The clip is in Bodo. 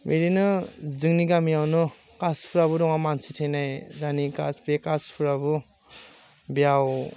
बिदिनो जोंनि गामियावनो कासफ्राबो दङ मानसि थैनाय जानि कास बे कासफ्राबो बेयाव